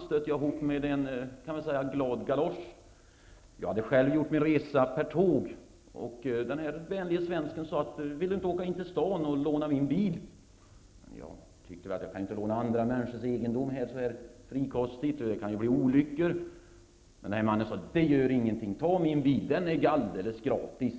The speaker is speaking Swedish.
skulle jag vilja säga, glad galosch. Själv hade jag rest till platsen med tåg. Den här personen, en svensk, frågade: Vill du låna min bil och åka in till stan? Jag tyckte inte att jag så lättvindigt kunde låna något som är en annans egendom. En olycka kunde ju inträffa. Men mannen sade: Det gör ingenting. Ta min bil. Den är alldeles gratis.